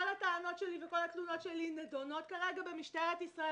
כל הטענות שלי וכל התלונות שלי נדונות כרגע במשטרת ישראל,